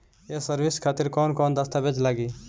ये सर्विस खातिर कौन कौन दस्तावेज लगी?